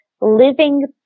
Living